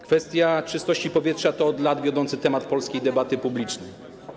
Kwestia czystości powietrza to od lat wiodący temat polskiej debaty publicznej.